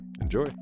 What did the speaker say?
Enjoy